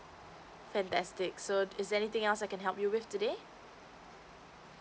fantastic so is there anything else I can help you with today